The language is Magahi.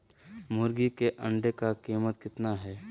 मुर्गी के अंडे का कीमत कितना है?